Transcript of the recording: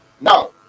Now